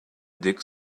dig